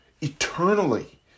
eternally